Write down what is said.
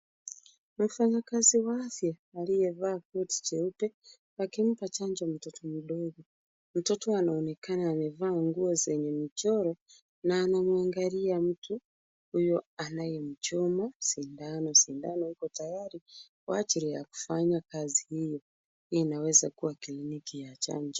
Mfanyakazi wa afya aliyevaa koti jeupe akimpa chanjo mtoto mdogo. Mtoto anaonekana amevaa nguo zenye michoro na anamwangalia mtu huyo anayemchoma sindano, sindano iko tayari kwa ajili ya kufanya kazi hiyo. Hii inaweza kuwa kliniki ya chanjo.